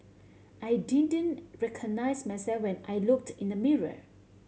I didn't recognise myself when I looked in the mirror